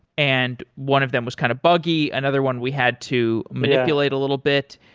and one of them was kind of buggy. another one, we had to manipulate a little bit.